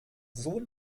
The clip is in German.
sohn